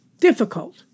difficult